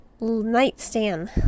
nightstand